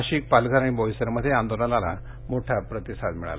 नाशिक पालघर आणि बोईसरमध्येही आंदोलनाला मोठा प्रतिसाद मिळाला